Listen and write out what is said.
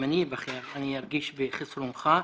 אם אני אבחר, אני ארגיש בחסרונך.